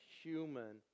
human